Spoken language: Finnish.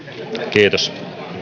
kiitos